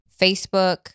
Facebook